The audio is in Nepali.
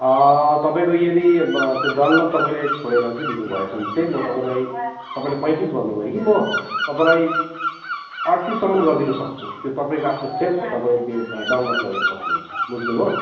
तपाईँको यदि त्यो डन्लप तपाईँले छोडेर चाहिँ लिनुभएछ भने चाहिँ म तपाईँलाई तपाईँले पैँतिस भन्नुभयो कि म तपाईँलाई अढ्तिससम्म गरिदिन सक्छु त्यो तपाईँको आफ्नो चाहिन्छ तपाईँलाई त्यो डन्लप लगाउन सक्नुहुन्छ बुझ्नुभयो